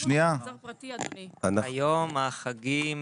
היום החגים